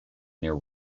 near